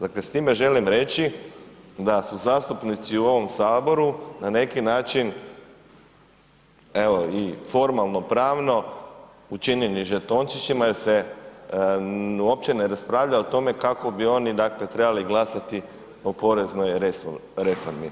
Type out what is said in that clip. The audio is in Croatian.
Dakle s time želim reći da su zastupnici u ovom Saboru na neki način evo i formalnopravno učinjeni žetončićima jel se uopće ne raspravlja o tome kako bi oni trebali glasati o poreznoj reformi.